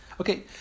Okay